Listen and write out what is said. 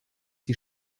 die